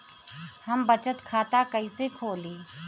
हम बचत खाता कइसे खोलीं?